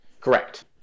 correct